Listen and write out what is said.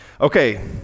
Okay